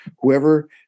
whoever